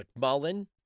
McMullen